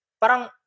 parang